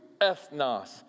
ethnos